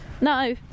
no